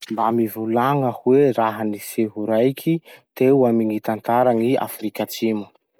Mba mivolagna hoe raha-niseho raiky teo amy gny tantaran'i Afrika Atsimo?